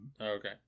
okay